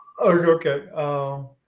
okay